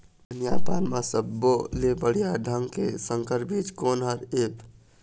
धनिया पान म सब्बो ले बढ़िया ढंग के संकर बीज कोन हर ऐप?